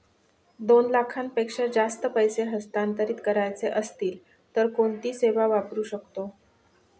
दोन लाखांपेक्षा जास्त पैसे हस्तांतरित करायचे असतील तर कोणती सेवा वापरू शकतो?